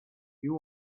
you